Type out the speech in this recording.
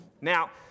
Now